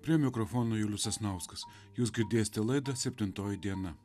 prie mikrofono julius sasnauskas jūs girdėsite laidą septintoji diena